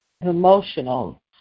emotional